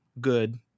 Good